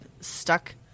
stuck